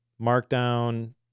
markdown